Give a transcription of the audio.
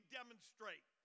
demonstrate